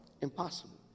Impossible